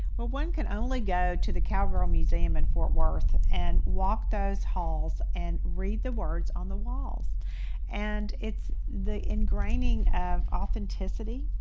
but one can only go to the cowgirl museum in fort worth and walk those halls and read the words on the walls and it's the engraining of authenticity,